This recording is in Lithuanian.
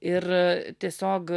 ir tiesiog